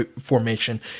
formation